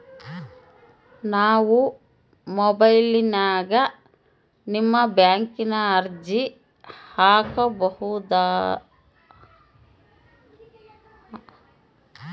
ನಾವು ಮೊಬೈಲಿನ್ಯಾಗ ನಿಮ್ಮ ಬ್ಯಾಂಕಿನ ಅರ್ಜಿ ಹಾಕೊಬಹುದಾ?